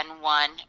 one